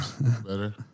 Better